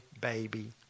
baby